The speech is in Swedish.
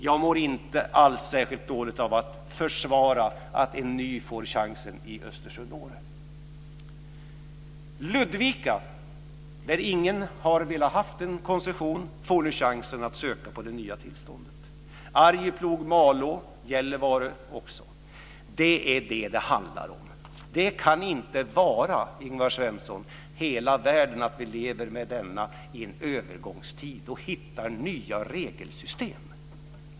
Jag mår inte alls särskilt dåligt av att försvara att en ny ägare får chansen i Östersund-Åre. Ludvika, där ingen har velat ha en koncession, får nu chansen att söka det nya tillståndet liksom Arjeplog, Malå och Gällivare. Det är vad det handlar om. Det kan inte vara, Ingvar Svensson, hela världen om vi lever med detta i en övergångstid innan vi hittar nya regelsystem.